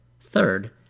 Third